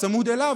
צמוד אליו,